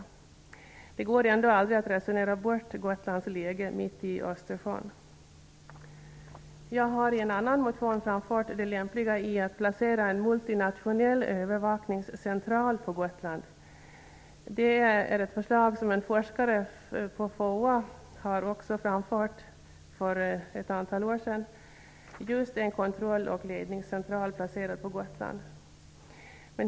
Det går ändå aldrig att resonera bort Gotlands läge mitt i Östersjön. Jag har i en annan motion framfört det lämpliga i att placera en multinationell övervakningscentral på Gotland. En forskare vid FOA föreslog för ett antal år sedan just en kontroll och ledningscentral placerad på Gotland.